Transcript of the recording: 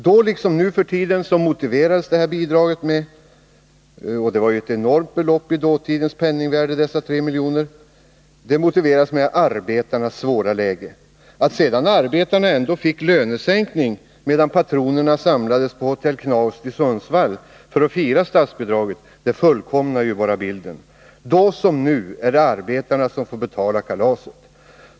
Då liksom nu för tiden motiverades bidraget — 3 miljoner var ett enormt belopp i dåtidens penningvärde — med arbetarnas svåra läge. Att sedan arbetarna ändå fick lönesänkning, medan patronerna samlades på hotell Knaust i Sundsvall för att fira statsbidraget, fullkomnar bilden. Då som nu var det arbetarna som fick betala kalaset.